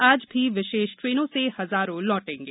आज भी विशेष ट्रेनों से हजारों लौटेगें